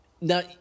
Now